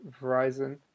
Verizon